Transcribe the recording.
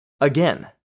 again